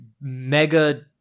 mega